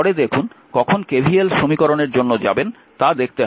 পরে দেখুন কখন KVL সমীকরণের জন্য যাবেন তা দেখতে হবে